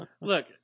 Look